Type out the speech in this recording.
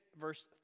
verse